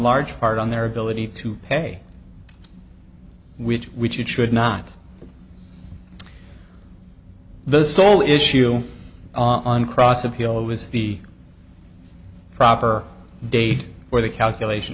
large part on their ability to pay which which it should not be the sole issue on cross appeal was the proper date for the calculation